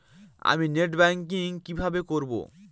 আমি net banking কিভাবে করব?